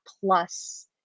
plus